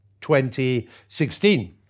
2016